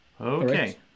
Okay